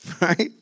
Right